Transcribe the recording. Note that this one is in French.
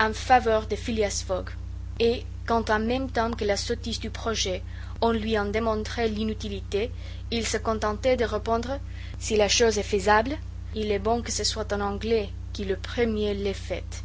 en faveur de phileas fogg et quand en même temps que la sottise du projet on lui en démontrait l'inutilité il se contentait de répondre si la chose est faisable il est bon que ce soit un anglais qui le premier l'ait faite